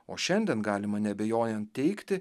o šiandien galima neabejojant teigti